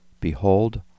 behold